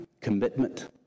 commitment